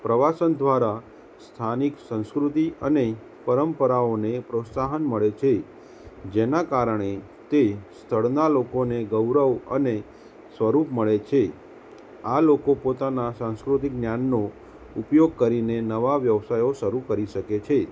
પ્રવાસન દ્વારા સ્થાનિક સાંસ્કૃતિક અને પરંપરાઓને પ્રોત્સાહન મળે છે જેના કારણે તે સ્થળના લોકોને ગૌરવ અને સ્વરૂપ મળે છે આ લોકો પોતાના સંસ્કૃતિ જ્ઞાનનો ઉપયોગ કરીને નવા વ્યવસાયો શરૂ કરી શકે છે